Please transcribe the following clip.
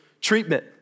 treatment